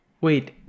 wait